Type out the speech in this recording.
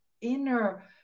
inner